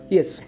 Yes